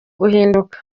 guhinduka